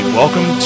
welcome